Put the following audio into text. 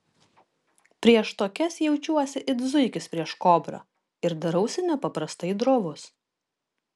prieš tokias jaučiuosi it zuikis prieš kobrą ir darausi nepaprastai drovus